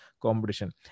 competition